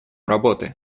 работы